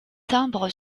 timbre